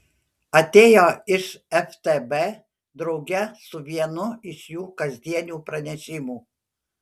atėjo iš ftb drauge su vienu iš jų kasdienių pranešimų